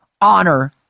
honor